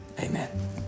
Amen